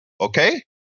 Okay